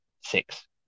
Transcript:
six